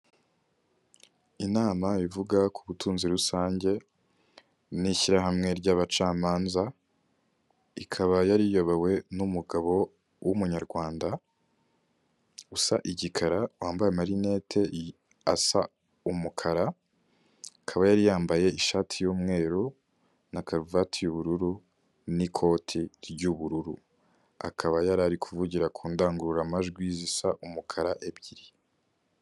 Inama ivuga ku butunzi rusange n'ishyirahamwe ry'abacamanza ikaba yariyobowe n'umugabo w'umunyarwanda usa igikara wambaye marinette asa umukara ikaba yari yambaye ishati y'umweru na karuvati y yuubururu n'ikoti ry'ubururu akaba yariri kuvugira ku ndangururamajwi zisa umukara ebyiri.